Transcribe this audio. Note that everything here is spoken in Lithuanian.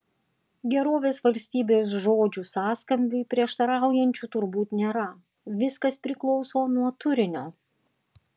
gerovės valstybės žodžių sąskambiui prieštaraujančių turbūt nėra viskas priklauso nuo turinio